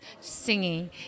singing